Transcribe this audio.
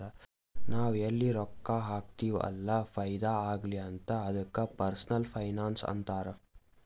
ನಾವ್ ಎಲ್ಲಿ ರೊಕ್ಕಾ ಹಾಕ್ತಿವ್ ಅಲ್ಲ ಫೈದಾ ಆಗ್ಲಿ ಅಂತ್ ಅದ್ದುಕ ಪರ್ಸನಲ್ ಫೈನಾನ್ಸ್ ಅಂತಾರ್